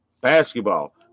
basketball